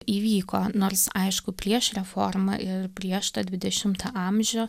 įvyko nors aišku prieš reformą ir prieš tą dvidešimtą amžių